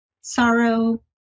sorrow